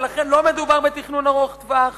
ולכן, לא מדובר בתכנון ארוך-טווח